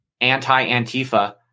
anti-Antifa